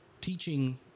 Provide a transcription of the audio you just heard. teaching